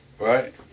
Right